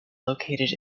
located